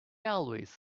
always